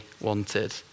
wanted